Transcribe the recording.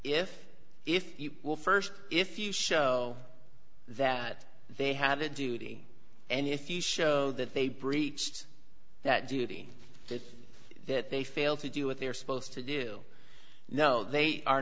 if if you will st if you show that they have a duty and if you show that they breached that duty that that they fail to do what they are supposed to do no they are